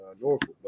Norfolk